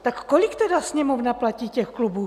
Tak kolik tedy Sněmovna platí těch klubů?